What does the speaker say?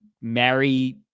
marry